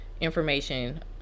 information